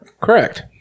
Correct